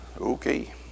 Okay